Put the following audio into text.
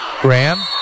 Graham